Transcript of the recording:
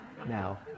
Now